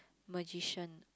magician